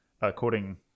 according